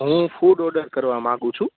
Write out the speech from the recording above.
હું food order કરવા માંગુ છું